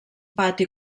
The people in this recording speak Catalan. pati